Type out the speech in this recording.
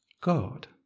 God